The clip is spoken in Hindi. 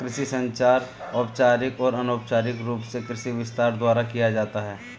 कृषि संचार औपचारिक और अनौपचारिक रूप से कृषि विस्तार द्वारा किया जाता है